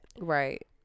Right